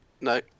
No